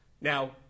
Now